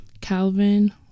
Calvin